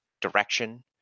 direction